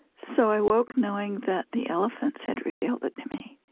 so i woke knowing that the elephants had revealed it to me,